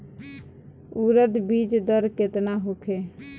उरद बीज दर केतना होखे?